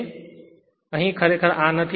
તેથી અહીં તે ખરેખર આ નથી